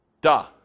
Duh